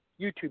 YouTube